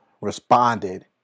responded